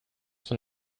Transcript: von